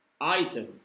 item